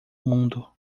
mundo